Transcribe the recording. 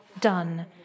done